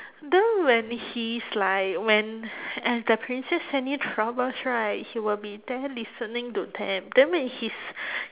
then when he's like when and the princess any troubles right he will be there listening to them then when he's